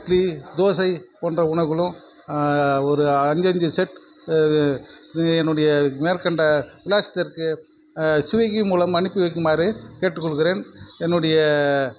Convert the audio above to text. இட்லி தோசை போன்ற உணவுகளும் ஒரு அஞ்சஞ்சு செட் என்னுடைய மேற்கண்ட விலாசத்திற்கு சுவிக்கி மூலமாக அனுப்பி வைக்குமாறு கேட்டு கொள்கிறேன் என்னுடைய